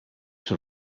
sur